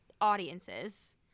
audiences